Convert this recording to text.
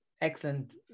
excellent